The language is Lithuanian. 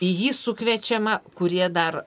į jį sukviečiama kurie dar